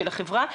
של החברה,